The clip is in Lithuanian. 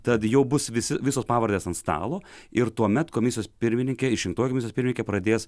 tad jau bus visi visos pavardės ant stalo ir tuomet komisijos pirmininkė išrinktoji komisijos pirmininkė pradės